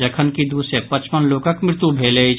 जखनकि दू सय पचपन लोकक मृत्यु भेल अछि